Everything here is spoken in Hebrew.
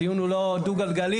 הדיון הוא לא דו גלגלי,